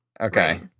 Okay